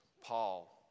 Paul